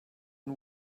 and